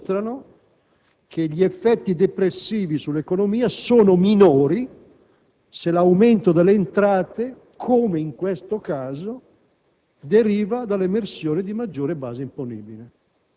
certamente avrà effetti anche di carattere depressivo sull'economia: questo credo che sia un dato assodato. Tuttavia, la discussione che dobbiamo fare è di altro tipo.